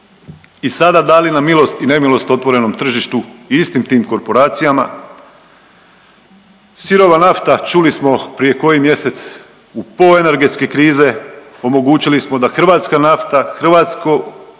i sada dali na milost i nemilost otvorenom tržištu i istim tim korporacijama. Sirova nafta, čuli smo prije koji mjesec, u po' energetske krize omogućili smo da hrvatska nafta, hrvatsko